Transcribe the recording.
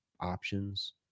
options